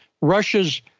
Russia's